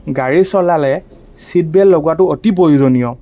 গাড়ী চলালে seat belt লগোৱাটো অতি প্ৰয়োজনীয়